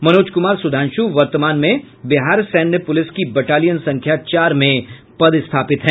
मनोज कुमार सुधांशु वर्तमान में बिहार सैन्य पूलिस की बटालियन संख्या चार में पदस्थापित हैं